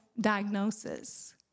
diagnosis